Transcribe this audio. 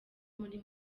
muri